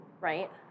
right